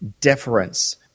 deference